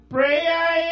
Prayer